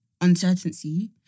uncertainty